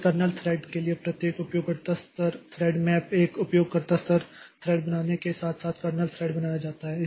तो एक kernel thread के लिए प्रत्येक उपयोगकर्ता स्तर थ्रेड मैप एक उपयोगकर्ता स्तर थ्रेड बनाने के साथ साथ कर्नेल थ्रेड बनाता है